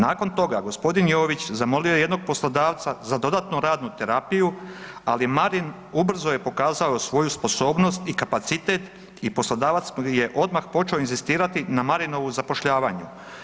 Nakon toga g. Jović zamolio je jednog poslodavca za dodatnu radnu terapiju, ali Marin ubrzo je pokazao svoju sposobnost i kapacitet i poslodavac je odmah počeo inzistirati na Marinovu zapošljavanju.